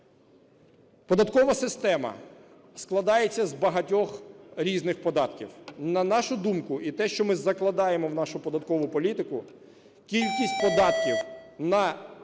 Податкова система складається з багатьох різних податків. На нашу думку, і те, що ми закладаємо в нашу податкову політику, кількість податків на